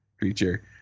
creature